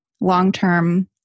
long-term